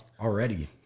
already